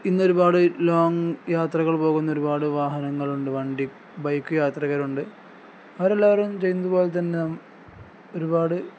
ഇന്നൊരുപാട് long യാത്രകൾ പോകുന്ന ഒരുപാട് വാഹനങ്ങളുണ്ട് വണ്ടി ബൈക്ക് യാത്രകരുണ്ട് അവരെല്ലാവരും ചെയ്യുന്നതു പോലെ തന്നെ ഒരുപാട്